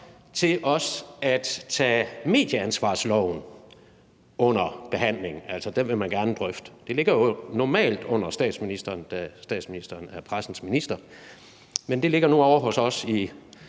til også at tage medieansvarsloven under behandling. Altså, den vil man gerne drøfte. Det ligger jo normalt under statsministeren, da statsministeren er pressens minister. Men det ligger nu ovre i